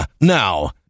Now